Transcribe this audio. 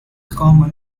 common